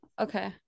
okay